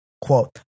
quote